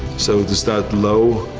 so to start low,